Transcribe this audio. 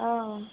অঁ